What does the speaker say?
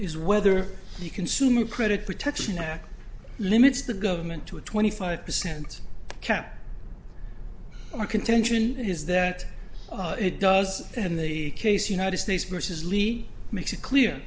is whether you consumer credit protection act limits the government to a twenty five percent cap our contention is that it does in the case united states versus levy makes it clear